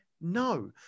no